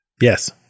yes